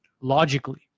logically